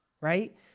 right